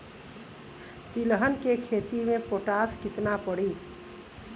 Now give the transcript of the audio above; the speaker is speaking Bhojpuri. तिलहन के खेती मे पोटास कितना पड़ी?